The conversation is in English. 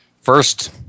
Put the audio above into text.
First